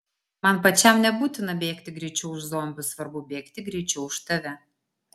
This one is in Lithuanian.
man pačiam nebūtina bėgti greičiau už zombius svarbu bėgti greičiau už tave